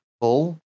full